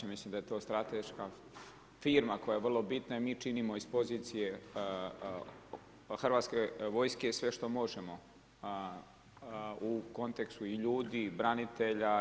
Mislim da je to strateška firma koja je vrlo bitna i mi činimo iz pozicije Hrvatske vojske sve što možemo u kontekstu i ljudi i branitelja.